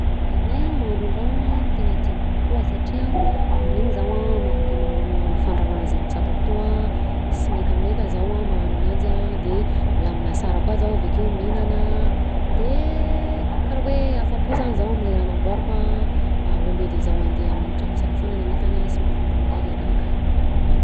Nenahy mahandro an-dragno tena tiàko kokoa satria amin'iny zaho afaka magnano fandrahoana zegny tiàko atao ah sy mekameka zaho a magnano ananjy ah de milamina sara koa zaho avekeo mihinana de karaha hoe afapo zany zaho aminy le raha namboariko a au lieu de zaho andeha amin'ny trano fisakafoanana nefany sy mahafapo anahy le raha akany.